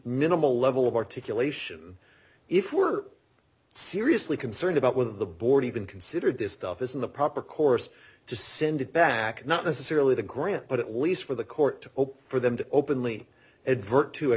minimal level of articulation if we're seriously concerned about with the board even considered this stuff is in the proper course to send it back not necessarily the grant but at least for the court to open for them to openly advert to i